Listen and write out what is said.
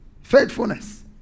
faithfulness